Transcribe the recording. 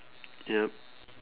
yup